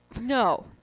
No